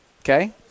Okay